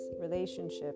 relationship